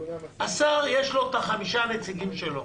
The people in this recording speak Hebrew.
לשר יש את חמישה הנציגים שלו